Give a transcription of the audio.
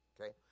okay